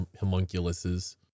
homunculuses